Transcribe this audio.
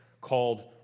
called